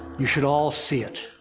you should all see it.